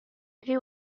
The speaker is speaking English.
she